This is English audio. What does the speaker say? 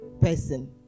person